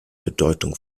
bedeutung